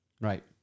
Right